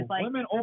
Women